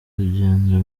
urugendo